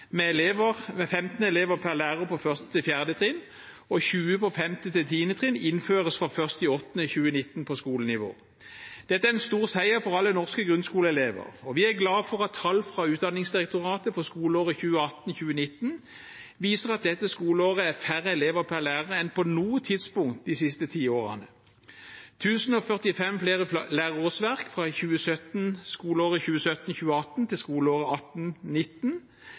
med 15 elever per lærer på 1.–4. trinn og 20 elever per lærer på 5.–10. trinn, innføres på skolenivå fra 1. august 2019. Dette er en stor seier for alle norske grunnskoleelever. Vi er glade for at tall fra Utdanningsdirektoratet for skoleåret 2018/2019 viser at det dette skoleåret er færre elever per lærer enn på noe tidspunkt de siste ti årene: 1 045 flere lærerårsverk fra skoleåret 2017/2018 til skoleåret